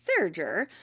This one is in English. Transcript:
Serger